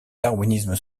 darwinisme